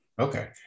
Okay